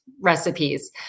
recipes